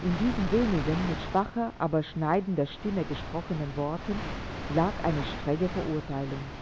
in diesen wenigen mit schwacher aber schneidender stimme gesprochenen worten lag eine strenge verurteilung